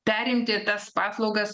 perimti tas paslaugas